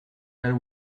that